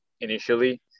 initially